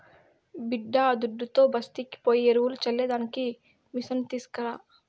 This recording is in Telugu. బిడ్డాదుడ్డుతో బస్తీకి పోయి ఎరువులు చల్లే దానికి మిసను తీస్కరా